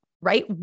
Right